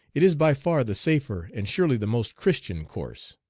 it is by far the safer, and surely the most christian course.